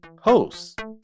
Hosts